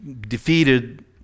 defeated